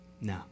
No